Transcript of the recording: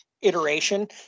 iteration